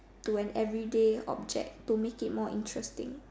to an everyday object to make it more interesting